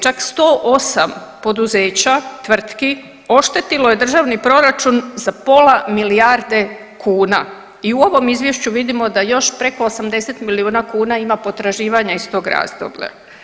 Čak 108 poduzeća, tvrtki oštetilo je državni proračun za pola milijarde kuna i u ovom izvješću vidimo da još preko 80 milijuna kuna ima potraživanja iz tog razdoblja.